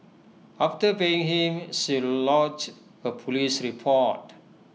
after paying him she lodged A Police report